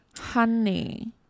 Honey